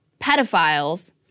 pedophiles